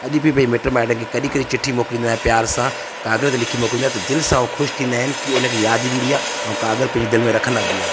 अॼु बि भाई मिट माइटन खे कॾहिं कॾहिं चिठी मोकिलींदो आहियां प्यारु सां काॻर ते लिखी मोकिलींदो आहियां त दिलि सां हो ख़ुशि थींदा आहिनि की उनखे यादि बि ईंदी आहे ऐं काॻर पंहिंजे दिलि में रखंदा बि आहिनि